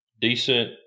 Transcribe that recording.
decent